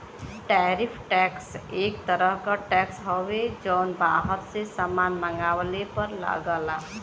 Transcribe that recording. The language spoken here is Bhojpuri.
टैरिफ टैक्स एक तरह क टैक्स हउवे जौन बाहर से सामान मंगवले पर लगला